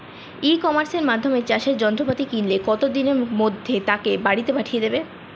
ই কমার্সের মাধ্যমে চাষের যন্ত্রপাতি কিনলে কত দিনের মধ্যে তাকে বাড়ীতে পাঠিয়ে দেবে?